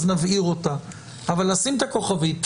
נבהיר אותה אבל לשים את הכוכבים,